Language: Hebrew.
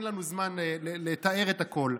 אין לנו זמן לתאר את הכול,